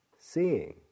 seeing